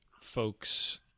folks